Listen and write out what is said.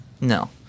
No